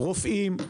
רופאים,